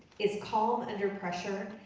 is calm under pressure,